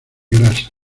grasa